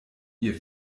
ihr